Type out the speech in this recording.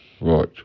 right